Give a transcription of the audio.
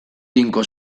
tinko